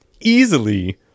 easily